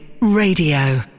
Radio